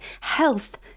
health